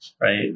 right